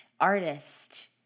artist